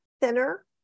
thinner